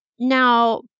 Now